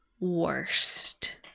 worst